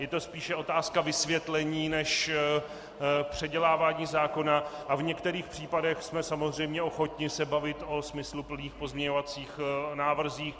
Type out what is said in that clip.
Je to spíše otázka vysvětlení než předělávání zákona a v některých případech jsme samozřejmě ochotni se bavit o smysluplných pozměňovacích návrzích.